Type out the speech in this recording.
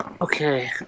Okay